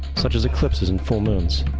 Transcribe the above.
such as eclipses and full moons.